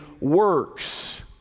works